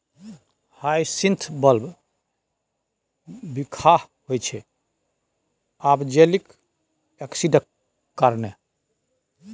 hyacinth bulb बिखाह होइ छै आक्जेलिक एसिडक कारणेँ